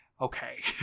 Okay